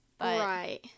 Right